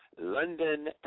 London